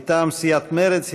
מטעם סיעת מרצ.